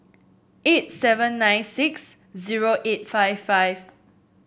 eight seven nine six zero eight five five